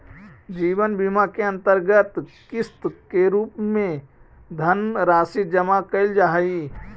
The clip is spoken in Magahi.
जीवन बीमा के अंतर्गत किस्त के रूप में धनराशि जमा कैल जा हई